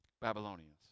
Babylonians